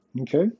Okay